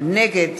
נגד